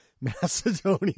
Macedonia